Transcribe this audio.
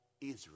Israel